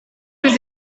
was